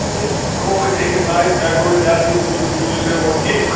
وُچھ حظ ہٮ۪مو أسی أکِس نایہِ تۄہہِ گوٚو نہٕ زیادٕ کیٚنٛہہ وۅنۍ چھُو تہۍ ٹیٛوٗرسٹَے اورٕکی